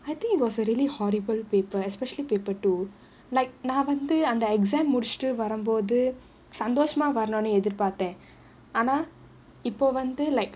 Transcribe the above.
I think it was a really horrible paper especially paper two like நான் வந்து அந்த:naan vanthu antha exam முடிச்சிட்டு வரும்போது சந்தோஷமா வரணும்னு எதிர் பாத்தேன் ஆனா இப்போ வந்து:mudichittu varumpodhu santhoshamaa varanumnu ethir paathaen aanaa ippo vanthu like